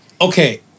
okay